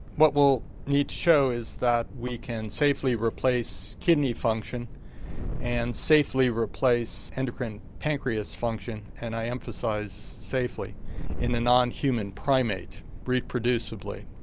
what we'll need to show is that we can safely replace kidney function and safely replace endocrine pancreas function and i emphasise safely in a non-human primate reproducibly.